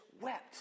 wept